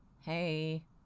hey